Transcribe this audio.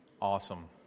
awesome